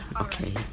Okay